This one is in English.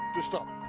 to stop,